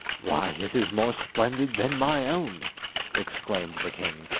why it is more splendid than my own exclaimed the king,